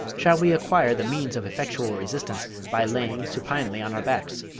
shall we acquire the means of effectual resistance, by lying supinely on our backs,